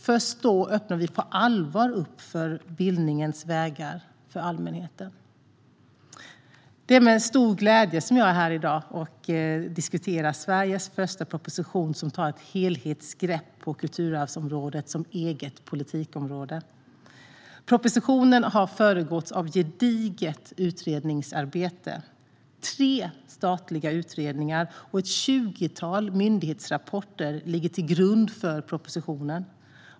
Först då öppnar vi på allvar bildningens vägar för allmänheten. Det är med stor glädje jag är här i dag och diskuterar Sveriges första proposition som tar ett helhetsgrepp på kulturarvsområdet som eget politikområde. Propositionen har föregåtts av gediget utredningsarbete - tre statliga utredningar och ett tjugotal myndighetsrapporter ligger till grund för propositionen.